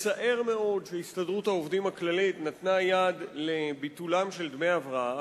מצער מאוד שהסתדרות העובדים הכללית נתנה יד לביטולם של דמי ההבראה,